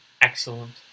Excellent